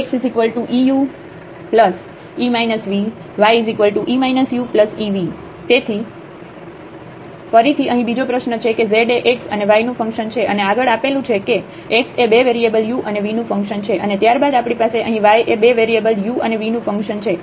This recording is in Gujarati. xeue v ye uev તેથી ફરીથી અહીં બીજો પ્રશ્ન છે કે z એ x અને y નું ફંક્શન છે અને આગળ આપેલું છે કે x એ બે વેરીએબલ u અને v નું ફંક્શન છે અને ત્યારબાદ આપણી પાસે અહીં y એ બે વેરીએબલ u અને v નું ફંક્શન છે